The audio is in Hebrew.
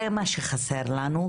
זה מה שחסר לנו.